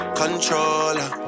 controller